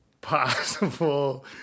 possible